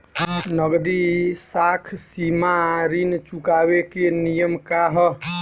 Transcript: नगदी साख सीमा ऋण चुकावे के नियम का ह?